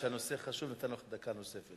משום שהנושא חשוב, נתנו לך דקה נוספת.